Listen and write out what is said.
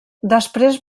després